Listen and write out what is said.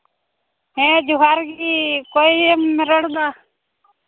ᱦᱮᱸ ᱡᱚᱦᱟᱨ ᱜᱮ ᱚᱠᱚᱭᱮᱢ ᱨᱚᱲᱫᱟ